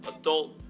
adult